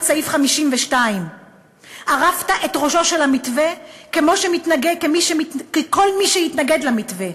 סעיף 52. ערפת את ראשו של המתווה כמו של כל מי שהתנגד למתווה.